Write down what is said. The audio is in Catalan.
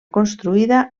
construïda